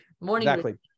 morning